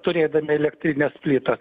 turėdami elektrines plytas